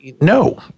No